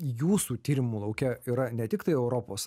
jūsų tyrimų lauke yra ne tiktai europos